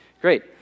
Great